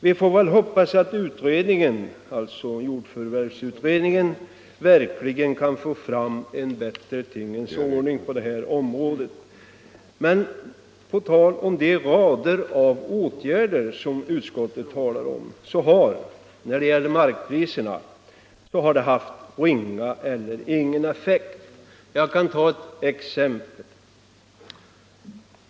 Vi får väl hoppas att jordförvärvsutredningen verkligen kan få fram en bättre tingens ordning på detta område. De ”rader av åtgärder” som utskottet talar om har haft ingen eller ringa effekt när det gäller markpriserna. Jag kan ta ett par exempel.